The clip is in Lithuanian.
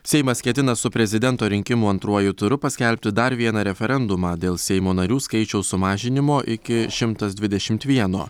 seimas ketina su prezidento rinkimų antruoju turu paskelbti dar vieną referendumą dėl seimo narių skaičiaus sumažinimo iki šimtas dvidešimt vieno